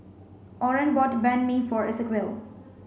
Oren bought Banh Mi for Esequiel